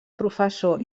professor